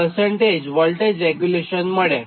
26 voltage regulation મળે